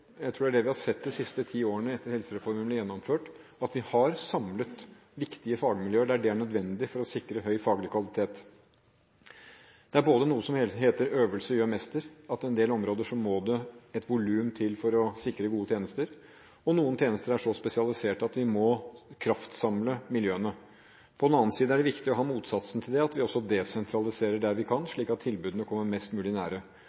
Jeg tror det er det vi har sett de siste ti årene etter at helsereformen ble gjennomført – at vi har samlet viktige fagmiljøer der det er nødvendig for å sikre høy faglig kvalitet. Det er noe som heter at øvelse gjør mester – at på en del områder må det et volum til for å sikre gode tjenester. Noen tjenester er så spesialiserte at vi må kraftsamle miljøene. På den annen side er viktig å ha motsatsen til det, at vi også desentraliserer der vi kan, slik at tilbudene kommer mest mulig nære.